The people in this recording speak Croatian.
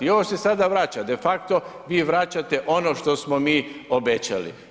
I ovo što se sada vraća, de facto vi vraćate ono što smo mi obećali.